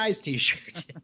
t-shirt